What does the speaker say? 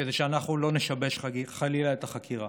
כדי שאנחנו לא נשבש, חלילה, את החקירה.